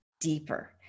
deeper